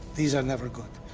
these are never good.